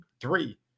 three